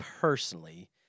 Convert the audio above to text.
personally